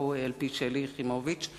לא על-פי שלי יחימוביץ,